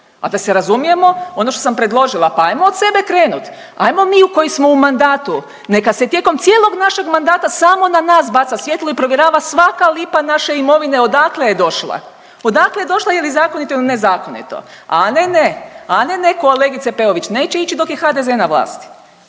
a da se razumijemo ono što sam predložila, pa ajmo od sebe krenut, ajmo mi koji smo u mandatu neka se tijekom cijelog našeg mandata samo na nas baca svjetlo i provjerava svaka lipa naše imovine odakle je došla, odakle je došla je li zakonito ili nezakonito. A ne, ne, a ne, ne, kolegice Peović neće ići dok je HDZ na vlasti.